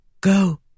Go